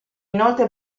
inoltre